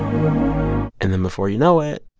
and then, before you know it.